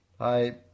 Hi